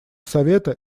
совета